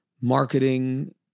marketing